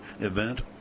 event